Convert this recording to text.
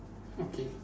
okay